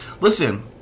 Listen